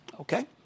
Okay